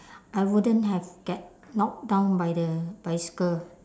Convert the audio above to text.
I wouldn't have get knocked down by the bicycle